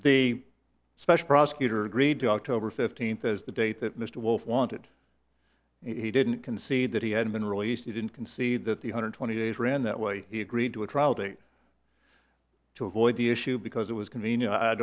the special prosecutor agreed to october fifteenth as the date that mr wolf wanted he didn't concede that he had been released he didn't concede that the hundred twenty days ran that way he agreed to a trial date to avoid the issue because it was convenient i